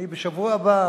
בשבוע הבא